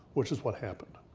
which is what happened.